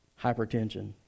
hypertension